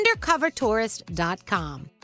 undercovertourist.com